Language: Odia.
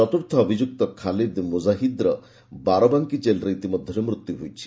ଚତୁର୍ଥ ଅଭିଯୁକ୍ତ ଖାଲିଦ ମୁଜାହିଦ୍ର ବାରବାଙ୍କି ଜେଲରେ ଇତିମଧ୍ୟରେ ମୃତ୍ୟୁ ହୋଇଛି